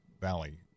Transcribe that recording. Valley